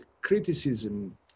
criticism